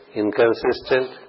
inconsistent